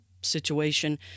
situation